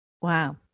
Wow